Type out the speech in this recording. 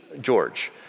George